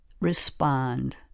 respond